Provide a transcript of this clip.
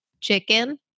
Chicken